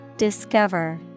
Discover